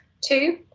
two